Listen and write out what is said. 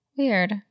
Weird